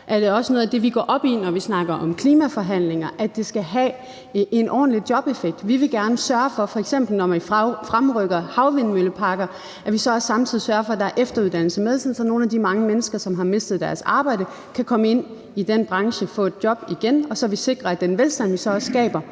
er det også noget af det, vi går op i, når vi snakker om klimaforhandlinger, nemlig at det skal have en ordentlig jobeffekt. Vi vil f.eks. gerne sørge for, at man, når man fremrykker havvindmølleparker, også samtidig sørger for, at der er efteruddannelse med, sådan at nogle af de mange mennesker, som har mistet deres arbejde, kan komme ind i den branche og få et job igen, så vi sikrer, at den velstand, vi skaber,